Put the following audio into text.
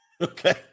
okay